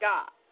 God